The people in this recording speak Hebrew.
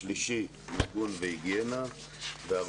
הרכיב השלישי הוא מיגון והיגיינה והרכיב